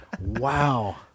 Wow